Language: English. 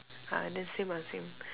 ah then same lah same